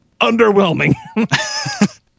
underwhelming